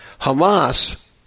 Hamas